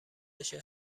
بشه